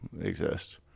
exist